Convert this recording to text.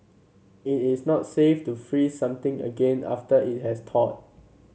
it is not safe to freeze something again after it has thawed